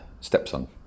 stepson